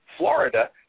Florida